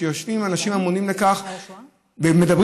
וכשיושבים האנשים האמונים על כך ומדברים